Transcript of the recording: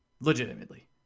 legitimately